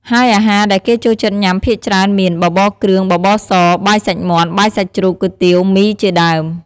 ហើយអាហារដែលគេចូលចិត្តញ៉ាំភាគច្រើនមាន បបរគ្រឿង បបរស បាយសាច់មាន់ បាយសាច់ជ្រូក គុយទាវ មី ជាដើម។